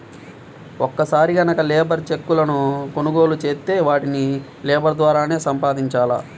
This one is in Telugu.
ఒక్కసారి గనక లేబర్ చెక్కులను కొనుగోలు చేత్తే వాటిని లేబర్ ద్వారానే సంపాదించాల